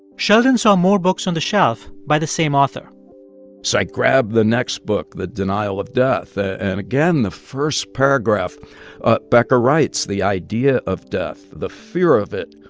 sheldon saw more books on the shelf by the same author so i grabbed the next book, the denial of death ah and, again, the first paragraph ah becker writes, the idea of death, the fear of it,